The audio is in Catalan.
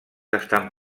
estan